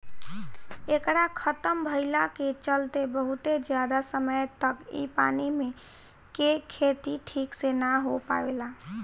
एकरा खतम भईला के चलते बहुत ज्यादा समय तक इ पानी मे के खेती ठीक से ना हो पावेला